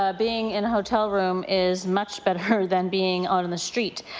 um being in a hotel room is much better than being on the street.